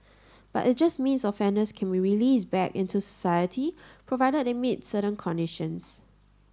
but it just means offenders can be released back into society provided they meet certain conditions